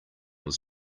was